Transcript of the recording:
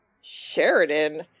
Sheridan